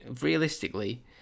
realistically